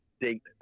deep